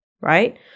right